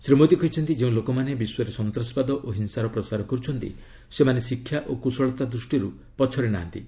ଶ୍ରୀ ମୋଦୀ କହିଛନ୍ତି ଯେଉଁ ଲୋକମାନେ ବିଶ୍ୱରେ ସନ୍ତାସବାଦ ଓ ହିଂସାର ପ୍ରସାର କରୁଛନ୍ତି ସେମାନେ ଶିକ୍ଷା ଓ କୁଶଳତା ଦୂଷ୍ଟିରୁ ପଛରେ ନାହାନ୍ତି